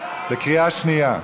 בקריאה שנייה,